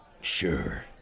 sure